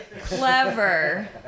Clever